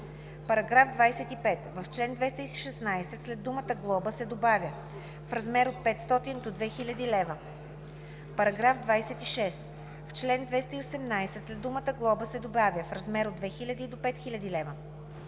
лв.“. § 25. В чл. 216 след думата „глоба“ се добавя „в размер от 500 до 2000 лв.“. § 26. В чл. 218 след думата „глоба“ се добавя „в размер от 2000 до 5000 лв.“.